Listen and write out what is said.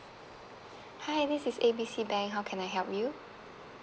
hi this is A B C bank how can I help you